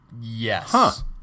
Yes